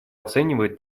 оценивает